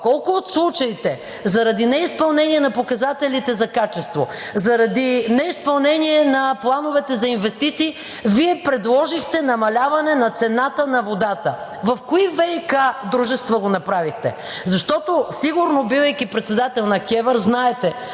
колко от случаите заради неизпълнение на показателите за качество, заради неизпълнение на плановете за инвестиции Вие предложихте намаляване на цената на водата? В кои ВиК дружества го направихте? Защото сигурно, бивайки председател на КЕВР, знаете,